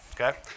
okay